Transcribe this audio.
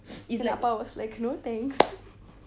it's like like no thanks